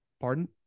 Pardon